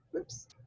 oops